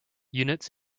units